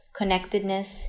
connectedness